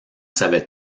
savait